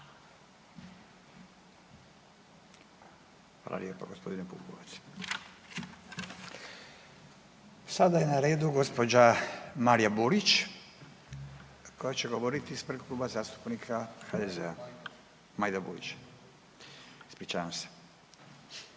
Hvala lijepo g. Pupovac. Sada je na redu gđa. Marija Burić koja će govorit ispred Kluba zastupnika HDZ-a, Majda Burić, ispričavam se.